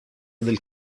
del